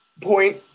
point